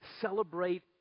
Celebrate